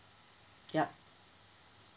yup